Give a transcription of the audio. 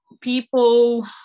People